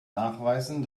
nachweisen